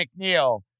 McNeil